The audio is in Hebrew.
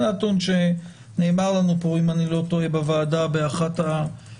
זה נתון שנאמר לנו פה אם אני לא טועה בוועדה באחת ההזדמנויות.